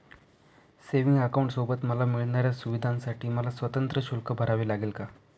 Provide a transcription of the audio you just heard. Savings अकाउंटसोबत मला मिळणाऱ्या सुविधांसाठी मला स्वतंत्र शुल्क भरावे लागेल का?